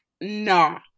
nah